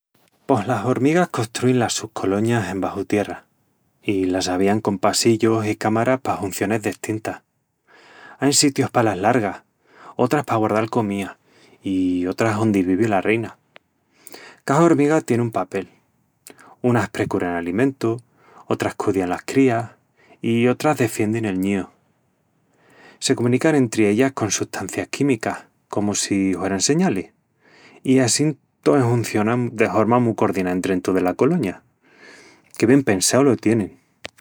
Pos las hormigas costruin la sus coloñas embaxu tierra, i las avían con passillus i cámaras pa huncionis destintas. Ain sitius palas largas, otras pa guardal comía i otras ondi vivi la reina. Ca hormiga tien un papel: unas precuran alimentu, otras cudian las crías i otras defiendin el ñíu. Se comunican entri ellas con sustancias químicas, comu si hueran señalis, i assín tó enhunciona de horma mu cordiná endrentu dela coloña..Qué bien pensau lo tienin!